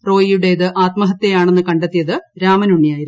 റോയിയുടേത് ആത്മഹത്യാണെന്നു കണ്ടെത്തിയത് രാമനുണ്ണിയായിരുന്നു